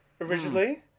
originally